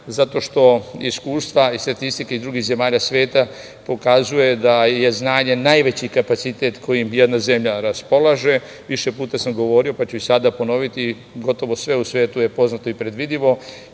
zato što iskustva i statistike iz drugih zemalja sveta pokazuje da je znanje najveći kapacitet kojim jedna zemlja raspolaže. Više puta sam govorio, pa ću i sada ponoviti, gotovo sve u svetu je poznato i predvidimo,